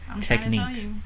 techniques